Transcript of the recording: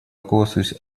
руководствуясь